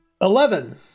Eleven